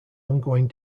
ongoing